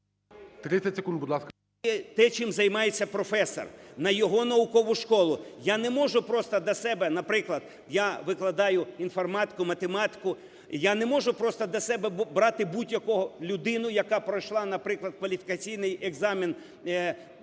Те, чим займається професор, на його наукову школу. Я не можу просто до себе, наприклад, я викладаю інформатику, математику, я не можу просто до себе брати будь-яку людину, яка пройшла, наприклад, кваліфікаційний екзамен через